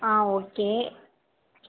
ஆ okay